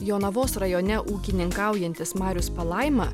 jonavos rajone ūkininkaujantis marius palaima